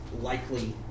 likely